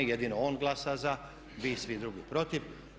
Jedino on glasa za, vi svi drugi protiv.